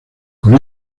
con